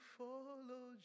follow